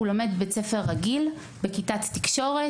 הוא לומד בבית ספר רגיל בכיתת תקשורת.